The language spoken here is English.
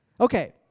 Okay